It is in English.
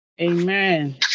Amen